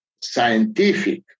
scientific